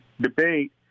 debate